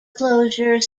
closure